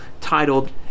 titled